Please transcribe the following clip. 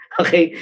okay